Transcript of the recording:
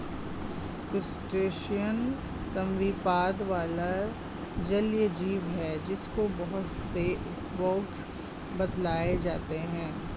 crustacean संधिपाद वाला जलीय जीव है जिसके बहुत से उपवर्ग बतलाए जाते हैं